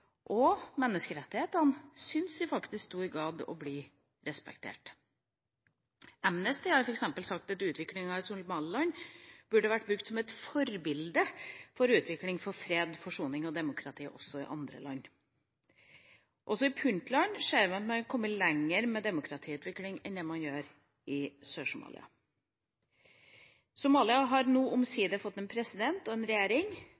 og menneskerettighetene syns faktisk i stor grad å bli respektert. Amnesty har f.eks. sagt at utviklinga i Somaliland burde vært brukt som et forbilde for utvikling for fred, forsoning og demokrati også i andre land. Også i Puntland ser man at man har kommet lenger med demokratiutvikling enn det man har gjort i Sør-Somalia. Somalia har nå omsider fått en president og en regjering,